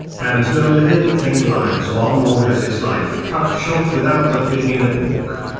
and no living thing lives long or has its life cut short without that being in a book.